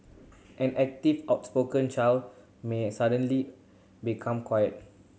an active outspoken child may suddenly become quiet